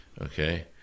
okay